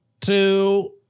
two